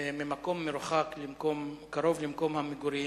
ממקום מרוחק למקום קרוב למקום המגורים,